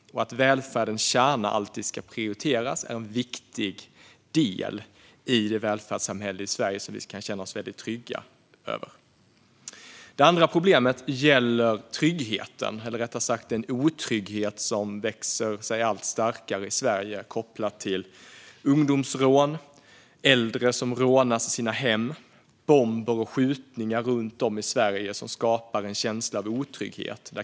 Och att välfärdens kärna alltid ska prioriteras är en viktig del i det svenska välfärdssamhället, som vi kan känna oss väldigt trygga med. Det andra problemet gäller tryggheten eller rättare sagt den otrygghet som växer sig allt starkare i Sverige. Den är kopplad till ungdomsrån, äldre som rånas i sina hem och bomber och skjutningar runt om i Sverige. Detta skapar en känsla av otrygghet.